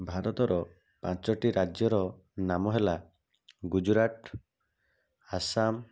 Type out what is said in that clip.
ଭାରତର ପାଞ୍ଚୋଟି ରାଜ୍ୟର ନାମ ହେଲା ଗୁଜୁରାଟ ଆସାମ